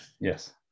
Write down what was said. Yes